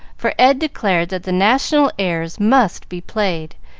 for ed declared that the national airs must be played,